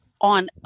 on